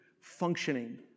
functioning